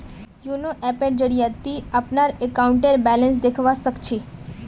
YONO ऐपेर जरिए ती अपनार अकाउंटेर बैलेंस देखवा सख छि